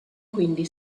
quindi